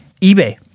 ebay